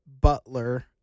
Butler